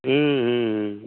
হুম হুম হুম